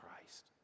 Christ